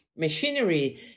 Machinery